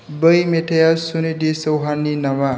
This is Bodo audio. बै मेथाइया सुनिधि चौहाननि नामा